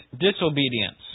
disobedience